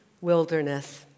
Wilderness